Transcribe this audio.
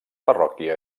parròquia